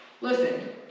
listen